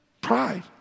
pride